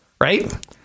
right